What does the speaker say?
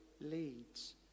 leads